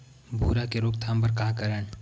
भूरा के रोकथाम बर का करन?